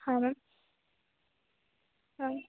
हाँ मैम हाँ